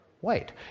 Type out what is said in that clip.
white